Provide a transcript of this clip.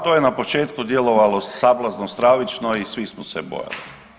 To je na početku djelovalo sablazno stravično i svi smo se bojali.